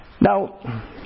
Now